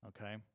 Okay